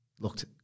looked